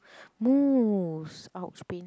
most !ouch! pain